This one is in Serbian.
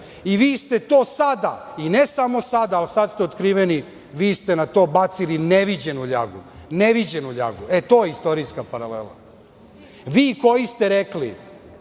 i vi ste to sada, i ne samo sada, ali sada ste otkriveni, vi ste na to bacili neviđenu ljagu, neviđenu ljagu. To je istorijska paralela. Vi, koji ste rekli,